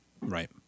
Right